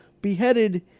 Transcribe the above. beheaded